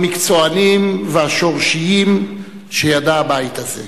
המקצוענים והשורשיים שידע הבית הזה.